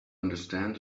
understand